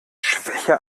schwäche